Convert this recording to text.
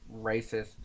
racist